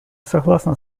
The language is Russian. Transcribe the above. согласна